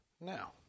now